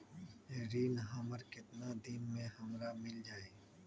ऋण हमर केतना दिन मे हमरा मील जाई?